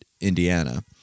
Indiana